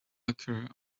occur